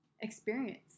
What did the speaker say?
experience